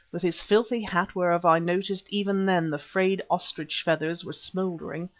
with his filthy hat whereof i noticed even then the frayed ostrich feathers were smouldering,